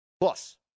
Plus